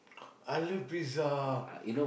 I love pizza